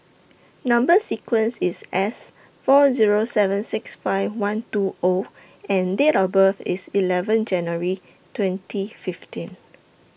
Number sequence IS S four Zero seven six five one two O and Date of birth IS eleven January twenty fifteen